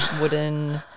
wooden